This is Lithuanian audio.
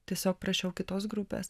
tiesiog prašiau kitos grupės